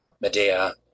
Medea